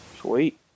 Sweet